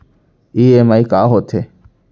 EMI का होथे?